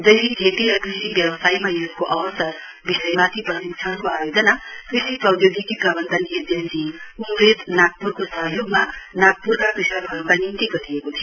जैविक खेती र कृषि व्यवसायमा यसको अवसर विषयमाथि प्रशिक्षणको आयोजना कृषि प्रौदयोगिकी प्रबन्धन एजेन्सी उमरेद नागप्रको सहयोगमा नागप्रका कृषकहरूका निम्ति गरिएको थियो